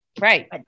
right